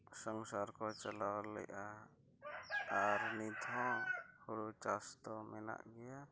ᱥᱚᱝᱥᱟᱨ ᱠᱚ ᱪᱟᱞᱟᱣ ᱞᱮᱫᱟ ᱟᱨ ᱱᱤᱛᱦᱚᱸ ᱦᱩᱲᱩ ᱪᱟᱥ ᱫᱚ ᱢᱮᱱᱟᱜ ᱜᱮᱭᱟ